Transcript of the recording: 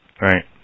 Right